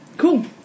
Cool